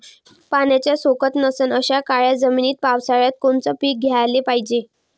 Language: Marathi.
पाण्याचा सोकत नसन अशा काळ्या जमिनीत पावसाळ्यात कोनचं पीक घ्याले पायजे?